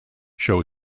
show